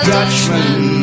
Dutchman